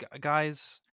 guys